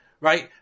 right